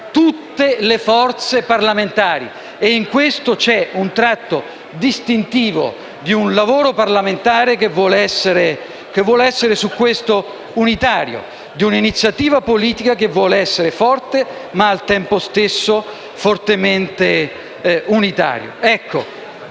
tutte le forze parlamentari. In questo c'è un tratto distintivo di un lavoro parlamentare che vuole essere unitario, di una iniziativa politica che vuole essere forte, ma al tempo stesso fortemente unitaria.